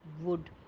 wood